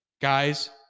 guys